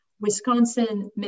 Wisconsin